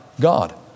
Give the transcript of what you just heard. God